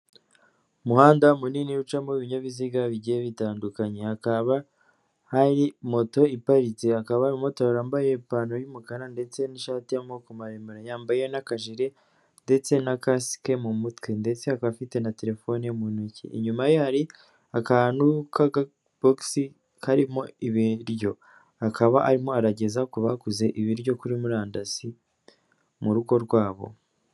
Umuhanda munini ucamo ibinyabiziga bigiye bitandukanye, hakaba hari moto iparitse, akaba umumotari wambaye ipantaro y'umukara ndetse n'ishati y'amoko maremare. Yambaye n'akajere ndetse nakasike mu mutwe, ndetse akaba afite na telefone mu ntoki; inyuma ye hari akantu k'akabogisi karimo ibiryo, akaba arimo arageza ku baguze ibiryo kuri murandasi mu rugo rwabo.